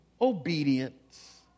obedience